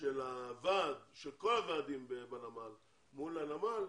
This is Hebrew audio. של הוועד, של כל הוועדים בנמל מול הנמל,